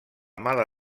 mala